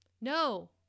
No